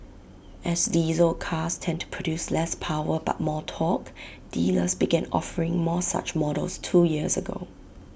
as diesel cars tend to produce less power but more torque dealers began offering more such models two years ago